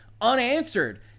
unanswered